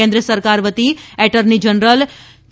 કેન્દ્ર સરકાર વતી એટર્ની નજરલ કે